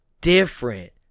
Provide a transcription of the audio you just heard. different